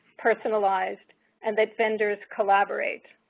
personalized and that vendors collaborate.